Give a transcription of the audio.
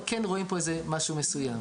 אבל כן רואים פה איזה משהו מסוים.